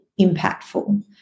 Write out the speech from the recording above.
impactful